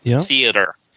theater